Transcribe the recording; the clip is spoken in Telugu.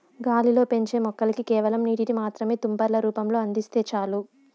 గాలిలో పెంచే మొక్కలకి కేవలం నీటిని మాత్రమే తుంపర్ల రూపంలో అందిస్తే చాలు